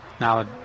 Now